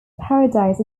paradise